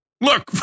Look